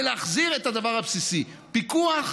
זה להחזיר את הדבר הבסיסי, פיקוח